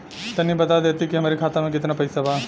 तनि बता देती की हमरे खाता में कितना पैसा बा?